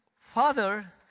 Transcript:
father